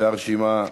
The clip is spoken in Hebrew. והרשימה,